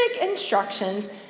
instructions